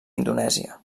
indonèsia